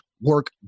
work